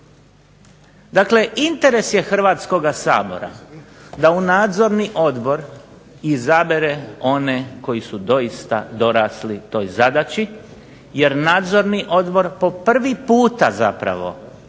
Dakle, interes je Hrvatskoga sabora da u Nadzorni odbor izabere oni koji su doista dorasli toj zadaći jer Nadzorni odbor po prvi puta zapravo ulazi